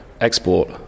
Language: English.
export